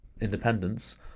independence